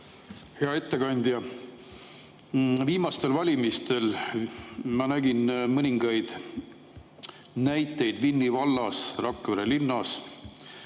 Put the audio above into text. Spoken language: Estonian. Hea ettekandja! Viimastel valimistel ma nägin mõningaid näiteid Vinni vallas Rakvere linnas,